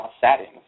settings